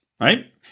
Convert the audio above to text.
right